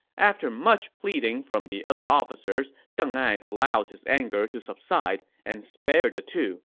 after much pleading from the other officers, deng ai allowed his anger to subside and spared the two.